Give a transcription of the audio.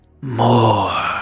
More